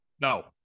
no